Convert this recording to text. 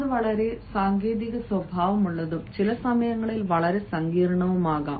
അത് വളരെ സാങ്കേതിക സ്വഭാവമുള്ളതും ചില സമയങ്ങളിൽ വളരെ സങ്കീർണ്ണവുമാകാം